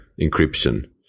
encryption